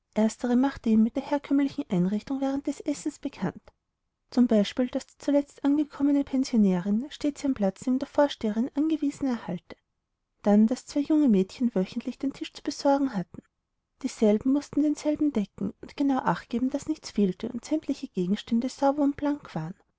erstere machte ihn mit der herkömmlichen einrichtung während des essens bekannt zum beispiel daß die zuletzt angekommene pensionärin stets ihren platz neben der vorsteherin angewiesen erhalte dann daß zwei junge mädchen wöchentlich den tisch zu besorgen hatten dieselben mußten denselben decken und genau acht geben daß nichts fehlte und sämtliche gegenstände sauber und blank waren